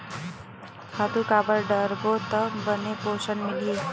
खातु काबर डारबो त बने पोषण मिलही?